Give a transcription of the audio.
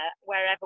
wherever